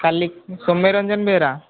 କାଲି ସୌମ୍ୟ ରଞ୍ଜନ ବେହେରା